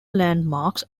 landmarks